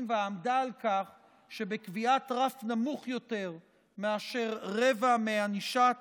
ועמדה על כך שבקביעת רף נמוך יותר מאשר רבע מענישת